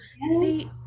See